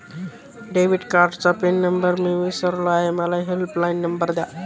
debit कार्डचा pin number मी विसरलो आहे मला हेल्पलाइन नंबर द्या